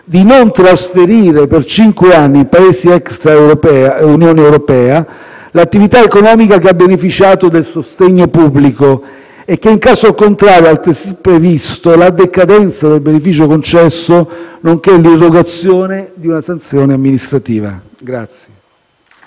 di non trasferire per cinque anni a Paesi extra Unione europea l'attività economica che ha beneficiato del sostegno pubblico. In caso contrario, si è altresì previsto la decadenza dal beneficio concesso, nonché l'irrogazione di una sanzione amministrativa.